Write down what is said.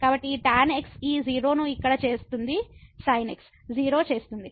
కాబట్టి ఈ tan x ఈ 0 ను ఇక్కడ చేస్తుంది sin x 0 చేస్తుంది